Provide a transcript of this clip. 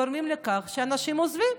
אנחנו גורמים לכך שאנשים עוזבים.